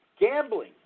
Gambling